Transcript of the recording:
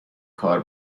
کار